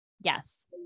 Yes